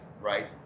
right